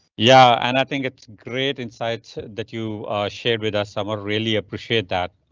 yeah, and i think it's great inside that you shared with us. summer really appreciate that.